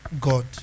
God